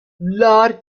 large